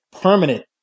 permanent